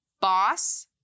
boss